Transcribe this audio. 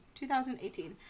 2018